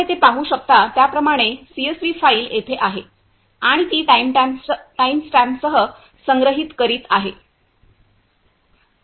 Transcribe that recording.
आपण येथे पाहू शकता त्याप्रमाणे सीएसव्ही फाइल येथे आहे आणि ती टाइमस्टॅम्पसह संग्रहित करीत आहे